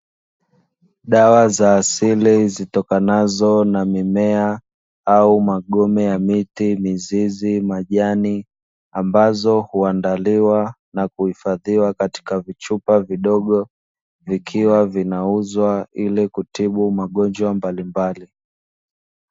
Dawa za asili zitokanazo na mimea au magome ya miti, mizizi, majani, ambazo huandaliwa na kuhifadhiwa katika vichupa vidogo vikiwa vinauzwa ile kutibu magonjwa mbalimbali.